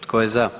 Tko je za?